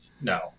No